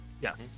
Yes